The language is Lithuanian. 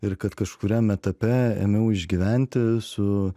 ir kad kažkuriam etape ėmiau išgyventi su